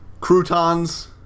Croutons